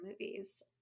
movies